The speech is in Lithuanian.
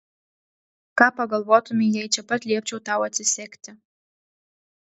ką pagalvotumei jei čia pat liepčiau tau atsisegti